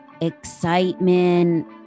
excitement